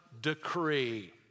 decree